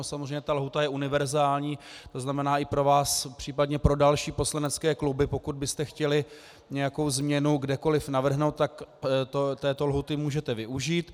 Samozřejmě ta lhůta je univerzální, tzn. i pro vás, příp. pro další poslanecké kluby, pokud byste chtěli nějakou změnu kdekoliv navrhnout, tak této lhůty můžete využít.